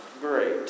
great